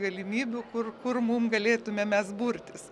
galimybių kur kur mum galėtume mes burtis